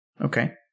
Okay